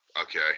okay